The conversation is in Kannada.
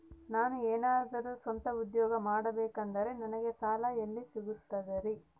ನಾನು ಏನಾದರೂ ಸ್ವಂತ ಉದ್ಯೋಗ ಮಾಡಬೇಕಂದರೆ ನನಗ ಸಾಲ ಎಲ್ಲಿ ಸಿಗ್ತದರಿ?